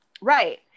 right